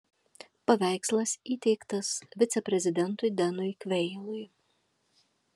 paveikslas įteiktas viceprezidentui denui kveilui